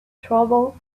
trouble